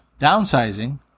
Downsizing